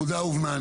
הנקודה הובנה.